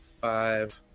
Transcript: five